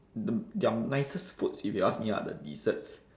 the their nicest foods if you ask me are the desserts